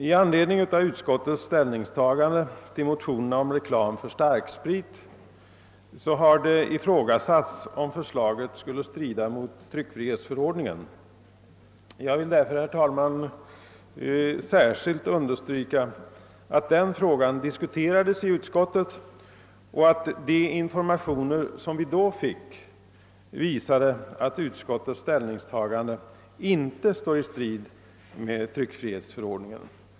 I anledning av utskottets ställningstagande till motionerna om reklamen för starksprit har det ifrågasatts om förslaget skulle strida mot tryckfrihetsförordningen. Jag vill därför, herr talman, särskilt understryka att den frågan diskuterades i utskottet och att de informationer som vi då fick visade att utskottets ställningstagande inte står i strid med tryckfrihetsförordningen.